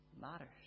matters